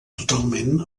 totalment